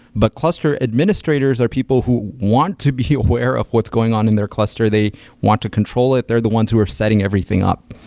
but cluster administrators are people who want to be aware of what's going on in their cluster. they want to control it. they're the ones who are setting everything up.